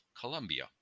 Colombia